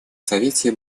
совете